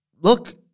Look